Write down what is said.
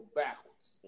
backwards